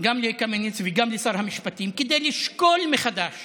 גם לקמיניץ וגם לשר המשפטים כדי לשקול מחדש